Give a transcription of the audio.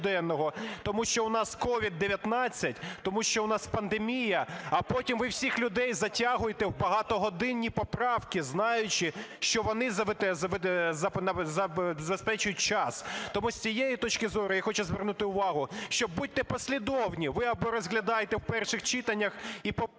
тому що у нас COVID-19, тому що у нас пандемія, а потім ви всіх людей затягуєте в багатогодинні поправки, знаючи, що вони забезпечують час. Тому з цієї точки зору я хочу звернути увагу, що будьте послідовні. Ви або розглядайте в перших читаннях